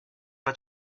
pas